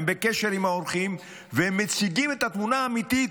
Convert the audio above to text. הם בקשר עם העורכים והם מציגים את התמונה האמיתית,